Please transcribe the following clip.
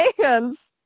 hands